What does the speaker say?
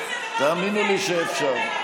אפשר.